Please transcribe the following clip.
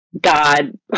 God